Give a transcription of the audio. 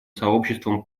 сообществом